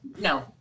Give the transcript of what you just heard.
No